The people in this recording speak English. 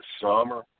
summer